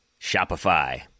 Shopify